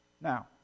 Now